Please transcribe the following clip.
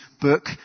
book